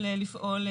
לקדומות,